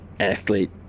athlete